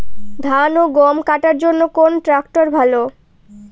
ধান ও গম কাটার জন্য কোন ট্র্যাক্টর ভালো?